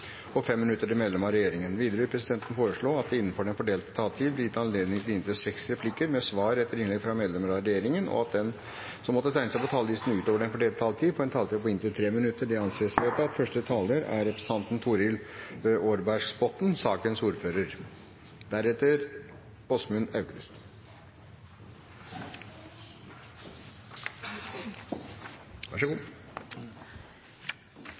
og 5 minutter til medlemmer av regjeringen. Videre vil presidenten foreslå at det blir gitt anledning til replikkordskifte på inntil seks replikker med svar etter innlegg fra medlemmer av regjeringen innenfor den fordelte taletid, og at de som måtte tegne seg på talerlisten utover den fordelte taletid, får en taletid på inntil 3 minutter. – Det anses vedtatt. Dyrevelferd i norsk kyllingproduksjon er